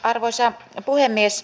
arvoisa puhemies